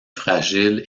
fragile